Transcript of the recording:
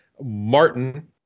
Martin